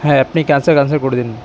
হ্যাঁ আপনি cancel cancel করে দিন